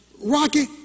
Rocky